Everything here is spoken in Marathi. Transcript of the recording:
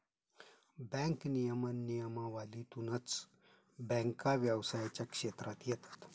बँक नियमन नियमावलीतूनच बँका व्यवसायाच्या क्षेत्रात येतात